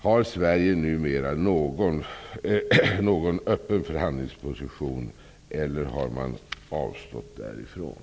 Har Sverige numera någon öppen förhandlingsposition eller har man avstått därifrån?